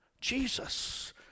Jesus